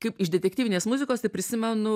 kaip iš detektyvinės muzikos ir prisimenu